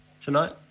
tonight